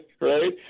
Right